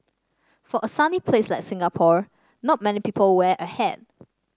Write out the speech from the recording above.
for a sunny place like Singapore not many people wear a hat